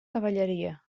cavalleria